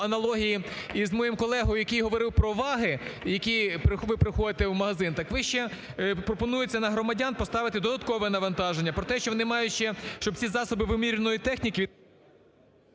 аналогії із моїм колегою, який говорив про ваги, коли ви приходите у магазин, так ще пропонується на громадян поставити додаткове навантаження про те, що вони мають ще, щоб ці засоби вимірювальної техніки…